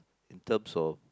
in terms of